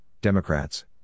Democrats